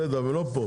בסדר, אבל הוא לא פה.